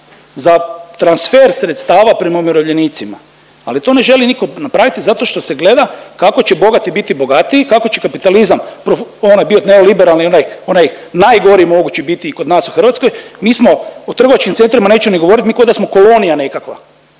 za transfer sredstava prema umirovljenicima, ali to ne želi nitko napraviti zato što se gleda kako će bogati biti bogatiji kako će kapitalizam pro… onaj bio neoliberalni, onaj, onaj najgori mogući biti i kod u nas u Hrvatskoj. Mi smo, o trgovačkim centrima neću ni govoriti, mi ko da smo kolonija nekakva.